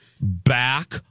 back